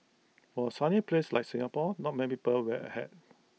for A sunny place like Singapore not may people wear A hat